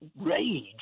rage